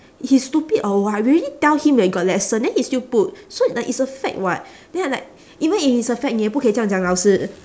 he stupid or what we already tell him that we got lesson then he still put so like it's a fact [what] then I'm like even if it's a fact 你也不可以这样讲老师